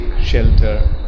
shelter